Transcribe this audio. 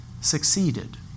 succeeded